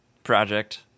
Project